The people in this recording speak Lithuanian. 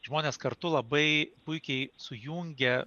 žmonės kartu labai puikiai sujungia